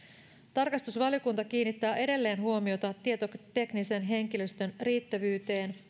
tarkastusvaliokunta kiinnittää edelleen huomiota tietoteknisen henkilöstön riittävyyteen